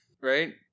right